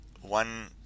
one